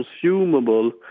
consumable